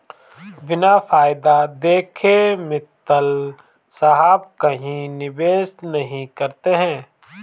बिना फायदा देखे मित्तल साहब कहीं निवेश नहीं करते हैं